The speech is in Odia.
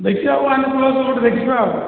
ଦେଖିବା ୱାନ୍ ପ୍ଲସ୍ ଗୋଟେ ଦେଖିବା ଆଉ